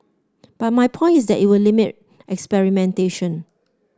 but my point is that it will limit experimentation